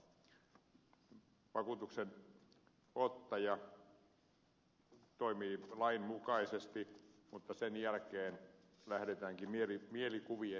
vakuutuksenottaja toimii lain mukaisesti mutta sen jälkeen lähdetäänkin mielikuvien tielle